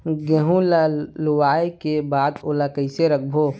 गेहूं ला लुवाऐ के बाद ओला कइसे राखबो?